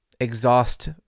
exhaust